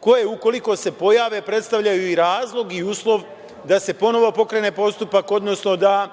koje ukoliko se pojave predstavljaju i razlog i uslov da se ponovo pokrene postupak, odnosno da